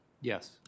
Yes